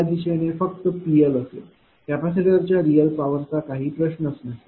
या दिशेने फक्त PLअसेल कॅपेसिटरच्या रिअल पॉवरचा काही प्रश्नच नाही